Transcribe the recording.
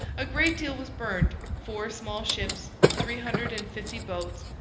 a great deal was burnt four small ships, three hundred and fifty boats,